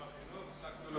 לא